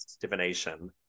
divination